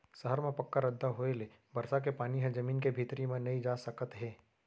सहर म पक्का रद्दा होए ले बरसा के पानी ह जमीन के भीतरी म नइ जा सकत हे